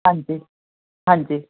ਹਾਂਜੀ ਹਾਂਜੀ